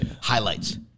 highlights